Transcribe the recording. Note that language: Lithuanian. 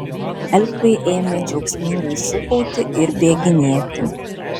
elfai ėmė džiaugsmingai šūkauti ir bėginėti